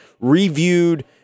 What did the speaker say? reviewed